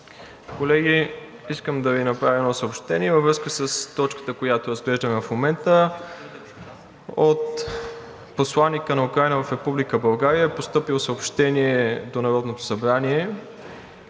Колеги, искам да Ви направя едно съобщение във връзка с точката, която разглеждаме в момента. От посланика на Украйна в Република България е постъпило съобщение до Народното събрание